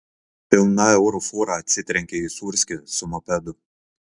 pilna eurų fūra atsitrenkė į sūrskį su mopedu